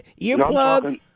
earplugs